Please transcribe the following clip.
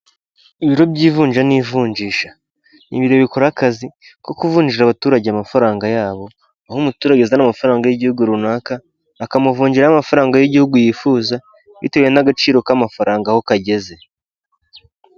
Ibiro by'ivunja n'ivunjisha, ibiro bikora akazi ko kuvunjira, abaturage amafaranga yabo, aho umuturage azana amafaranga y'igihugu runaka bakamuvunjiramo amafaranga y'igihugu yifuza, bitewe n'agaciro k'amafaranga aho kageze.